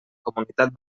comunitat